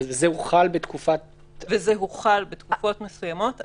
וזה הוחל בתקופת --- וזה הוחל בתקופות מסוימות.